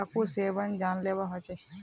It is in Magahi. तंबाकूर सेवन जानलेवा ह छेक